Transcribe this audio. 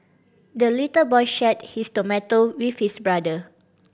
the little boy shared his tomato with his brother